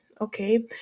okay